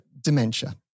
dementia